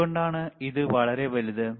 എന്തുകൊണ്ടാണ് ഇത് വളരെ വലുത്